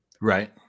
Right